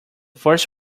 first